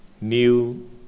New